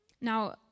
Now